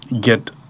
get